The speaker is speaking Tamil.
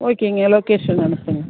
ஓகேங்க லொக்கேஷன் அனுப்புங்கள்